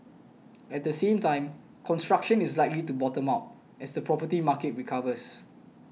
at the same time construction is likely to bottom out as the property market recovers